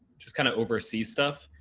just kinda oversee stuff.